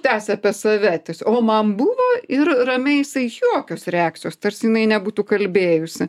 tęsia apie save o man buvo ir ramiai jisai jokios reakcijos tarsi jinai nebūtų kalbėjusi